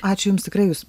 ačiū jums tikrai jūs